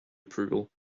approval